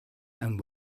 and